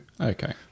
Okay